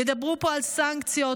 ידברו פה על סנקציות,